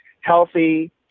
healthy